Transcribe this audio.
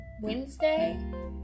Wednesday